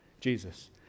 Jesus